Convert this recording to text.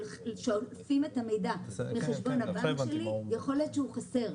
כשאוספים את המידע מחשבון הבנק שלי יכול להיות שהוא חסר.